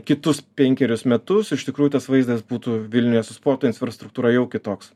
kitus penkerius metus iš tikrųjų tas vaizdas būtų vilniuje su sporto infrastruktūra jau kitoks